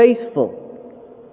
faithful